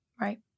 Right